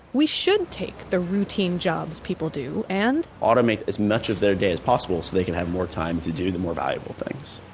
we should take the routine jobs people do and automate as much of their day as possible so they can have more time to do the more valuable things,